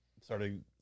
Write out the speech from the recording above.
started